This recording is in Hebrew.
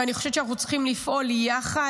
ואני חושבת שאנחנו צריכים לפעול יחד,